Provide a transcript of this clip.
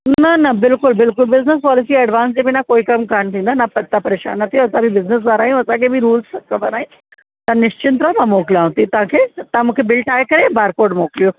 न न बिल्कुलु बिल्कुलु बिजनिस पॉलिसी एडवांस जे बिना कोई कमु कान थींदो आहे न तव्हां परेशान न थियो असां बि बिजनिस वारा आहियूं असांखे बि रुल्स सभु ख़बर आहिनि तव्हां निश्चिंत रहो मां मोकिलांव थी तव्हांखे तव्हां मूंखे बिल ठाहे करे बारकोड मोकिलियो